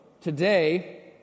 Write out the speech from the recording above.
today